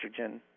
estrogen